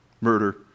murder